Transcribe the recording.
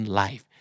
life